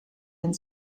and